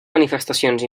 manifestacions